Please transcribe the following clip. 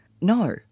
no